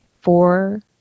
four